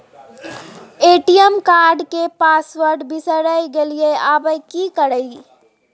ATM card के password बिसरि गेलियै आबय की करियै?